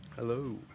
Hello